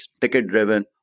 ticket-driven